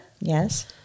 Yes